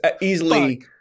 easily